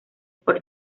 por